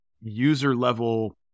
user-level